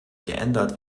geändert